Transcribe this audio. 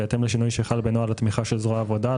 בהתאם לשינוי שחל בנוהל התמיכה של זרוע העבודה,